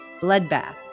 Bloodbath